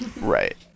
right